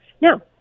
Now